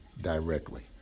directly